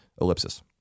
Ellipsis